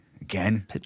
Again